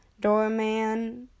doorman